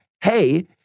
hey